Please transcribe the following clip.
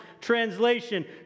Translation